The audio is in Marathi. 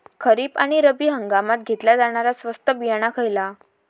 खरीप आणि रब्बी हंगामात घेतला जाणारा स्वस्त बियाणा खयला?